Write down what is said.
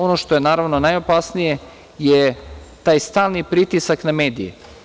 Ono što je najopasnije je taj stalni pritisak na medije.